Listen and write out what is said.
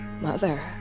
Mother